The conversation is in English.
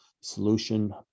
solution